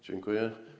Dziękuję.